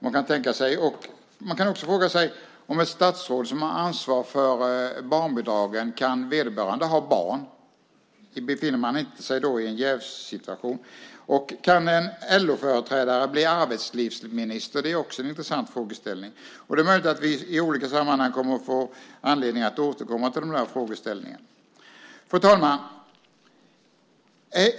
Man kan också fråga sig om ett statsråd som har ansvar för barnbidragen: Kan vederbörande ha barn? Befinner man sig inte då i en jävssituation? Kan en LO-företrädare bli arbetslivsminister? Det är också en intressant frågeställning? Det är möjligt att vi i olika sammanhang får anledning att återkomma till den frågeställningen. Fru talman!